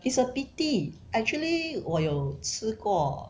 it's a pity actually 我有吃过